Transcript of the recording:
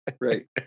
Right